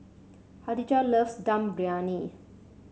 Kadijah loves Dum Briyani